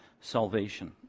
salvation